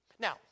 Now